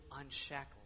unshackled